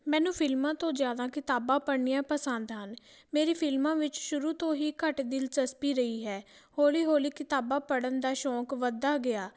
ਮੈਨੂੰ ਫਿਲਮਾਂ ਤੋਂ ਜ਼ਿਆਦਾ ਕਿਤਾਬਾਂ ਪੜ੍ਹਨੀਆਂ ਪਸੰਦ ਹਨ ਮੇਰੀ ਫਿਲਮਾਂ ਵਿੱਚ ਸ਼ੁਰੂ ਤੋਂ ਹੀ ਘੱਟ ਦਿਲਚਸਪੀ ਰਹੀ ਹੈ ਹੌਲੀ ਹੌਲੀ ਕਿਤਾਬਾਂ ਪੜ੍ਹਨ ਦਾ ਸ਼ੌਂਕ ਵੱਧਦਾ ਗਿਆ